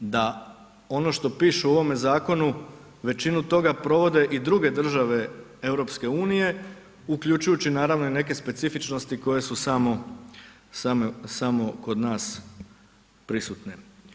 Da ono što pišu u ovome zakonu većinu toga provode i druge države EU uključujući naravno i neke specifičnosti koje su samo, samo kod nas prisutne.